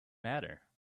matter